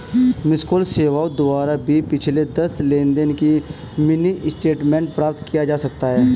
miss call सेवाओं द्वारा भी पिछले दस लेनदेन का मिनी स्टेटमेंट प्राप्त किया जा सकता है